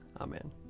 Amen